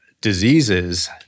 diseases